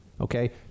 Okay